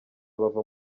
bava